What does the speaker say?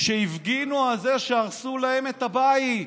שהפגינו על זה שהרסו להן את הבית,